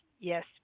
yes